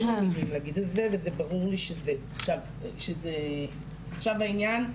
אין לי מילים להגיד על זה וזה ברור לי שזה עכשיו בעניין,